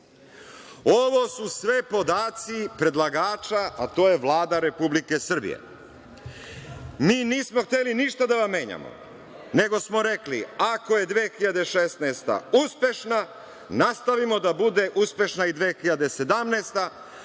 Ovo su sve podaci predlagača, a to je Vlada Republike Srbije. Nismo hteli ništa da vam menjamo, nego smo rekli, ako je 2016. godina uspešna, nastavimo da bude uspešna i 2017.